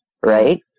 right